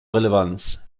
relevanz